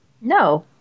No